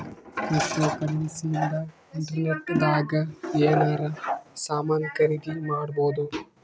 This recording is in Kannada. ಕ್ರಿಪ್ಟೋಕರೆನ್ಸಿ ಇಂದ ಇಂಟರ್ನೆಟ್ ದಾಗ ಎನಾರ ಸಾಮನ್ ಖರೀದಿ ಮಾಡ್ಬೊದು